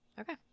Okay